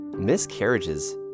Miscarriages